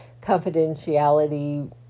confidentiality